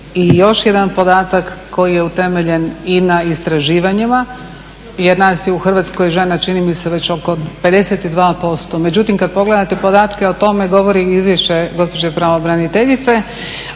i još jedan podatak koji je utemeljen i na istraživanjima jer nas je u Hrvatskoj žena čini mi se već oko 52%. Međutim, kada pogledate podatke o tome govori izvješće gospođe pravobraniteljice,